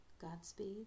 Godspeed